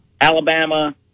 Alabama